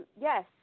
yes